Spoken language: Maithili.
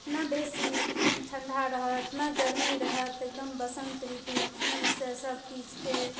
नहि बेसी ठण्डा रहत नहि गरमी रहत एकदम बसन्त ऋतु फ्रीसँ सबकिछुके